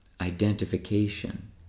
identification